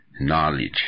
knowledge